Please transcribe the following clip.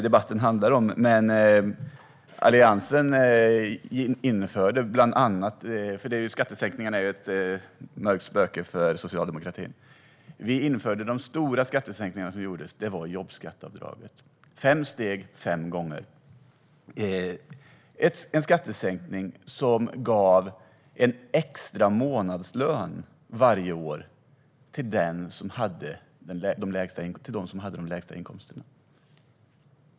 Skattesänkningarna är ett mörkt spöke för socialdemokratin och även om det inte är detta debatten handlar om så var de stora skattesänkningarna som Alliansen gjorde jobbskatteavdragen - fem steg, fem gånger. Det var en skattesänkning som gav en extra månadslön varje år till dem med de lägsta inkomsterna.